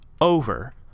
over